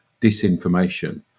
disinformation